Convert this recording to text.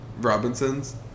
Robinsons